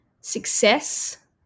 success